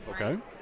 Okay